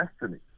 destiny